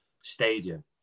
stadium